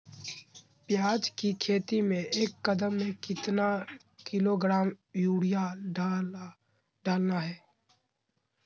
प्याज की खेती में एक एकद में कितना किलोग्राम यूरिया डालना है?